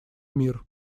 мир